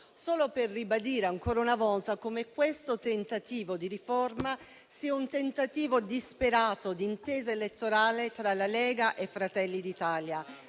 solo per ribadire ancora una volta come questa riforma sia un tentativo disperato d'intesa elettorale tra la Lega e Fratelli d'Italia